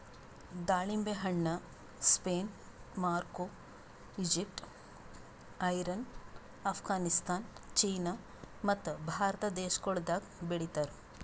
ದಾಳಿಂಬೆ ಹಣ್ಣ Spain, Morocco, Egypt, Iran, Afghanistan, China ಮತ್ತ ಭಾರತ ದೇಶಗೊಳ್ದಾಗ್ ಬೆಳಿತಾರ್